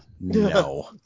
no